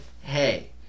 hey